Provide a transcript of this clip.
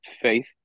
faith